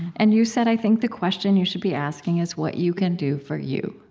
and you said, i think the question you should be asking is what you can do for you.